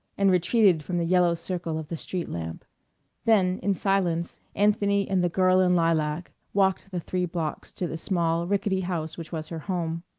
and retreated from the yellow circle of the street-lamp. then, in silence, anthony and the girl in lilac walked the three blocks to the small rickety house which was her home.